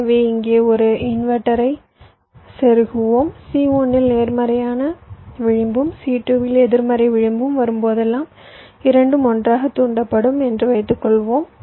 எனவே இங்கே ஒரு இன்வெர்ட்டரைச் செருகுவோம் C1 இல் நேர்மறையான விளிம்பும் C2 இல் எதிர்மறை விளிம்பும் வரும் போதெல்லாம் இரண்டும் ஒன்றாகத் தூண்டப்படும் என்று வைத்துக் கொள்வோம்